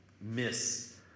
miss